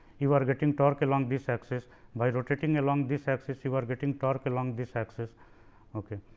you are getting torque along this axis by rotating along this axis, you are getting torque along this axis ok.